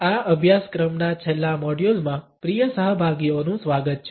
આ અભ્યાસક્રમના છેલ્લા મોડ્યુલમાં પ્રિય સહભાગીઓનું સ્વાગત છે